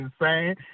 insane